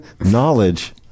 Knowledge